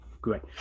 great